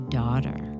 daughter